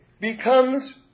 becomes